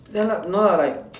ya lah no lah like